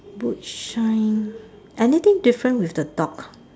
boot shine anything different with the dog